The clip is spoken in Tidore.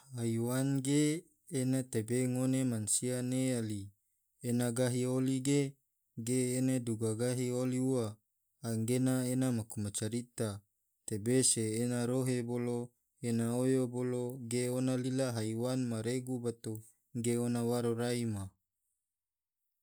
Haiwan ge ena tebe mansia ngone ne yali, ena gahi oli ge, ge ene duga gahi oli ua, anggena ena maku macarita, tebe se ena rohe bolo, ena oyo bolo, ge ona lila haiwan ma regu bato, ge ona waro rai ma.